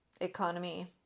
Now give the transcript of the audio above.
economy